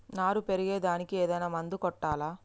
నారు పెరిగే దానికి ఏదైనా మందు కొట్టాలా?